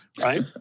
right